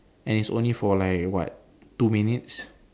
and it's only for like what two minutes